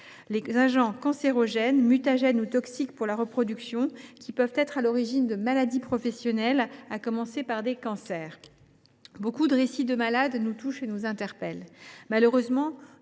les agents cancérogènes, mutagènes ou toxiques pour la reproduction, qui peuvent être à l’origine de maladies professionnelles, à commencer par des cancers. Si de nombreux récits de malades nous touchent et nous interpellent, nous